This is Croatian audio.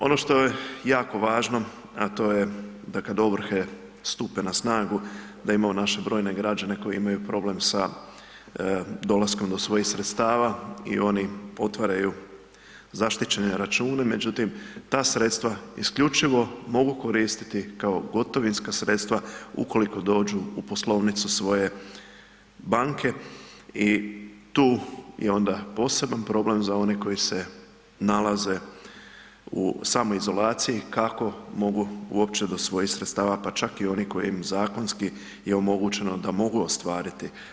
Ono što je jako važno, a to je da kad ovrhe stupe na snagu da imamo naše brojne građane koji imaju problem sa dolaskom do svojih sredstava i oni otvaraju zaštićene račune, međutim ta sredstva isključivo mogu koristiti kao gotovinska sredstva ukoliko dođu u poslovnicu svoje banke i tu je onda poseban problem za one koji se nalaze u samoizolaciji kako mogu uopće do svojih sredstava pa čak i one koje im je zakonski i omogućeno da mogu ostvariti.